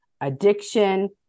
addiction